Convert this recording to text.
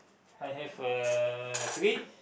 I have a kid